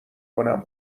کنم